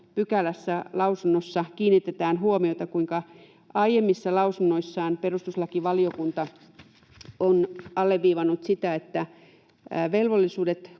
pykälässä lausunnossa kiinnitetään huomiota, kuinka aiemmissa lausunnoissaan perustuslakivaliokunta on alleviivannut sitä, että velvollisuudet